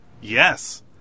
Yes